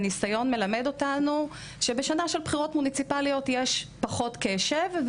הניסיון מלמד אותנו שבשנה של בחירות מוניציפליות יש פחות קשב.